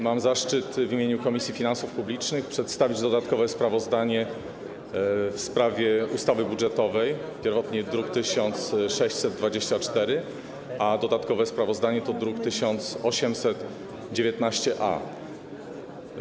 Mam zaszczyt w imieniu Komisji Finansów Publicznych przedstawić dodatkowe sprawozdanie o projekcie ustawy budżetowej, pierwotny druk nr 1624, a dodatkowe sprawozdanie to druk nr 1819-A.